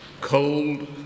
Cold